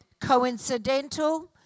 Coincidental